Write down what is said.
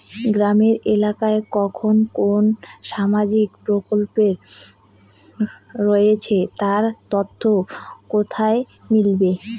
গ্রামের এলাকায় কখন কোন সামাজিক প্রকল্প রয়েছে তার তথ্য কোথায় মিলবে?